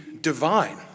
divine